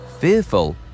Fearful